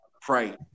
pray